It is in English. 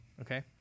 Okay